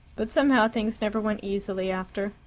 but somehow things never went easily after.